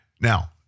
Now